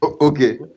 Okay